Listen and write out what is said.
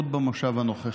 עוד במושב הנוכחי.